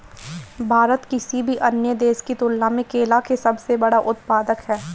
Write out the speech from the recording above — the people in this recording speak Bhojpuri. भारत किसी भी अन्य देश की तुलना में केला के सबसे बड़ा उत्पादक ह